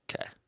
Okay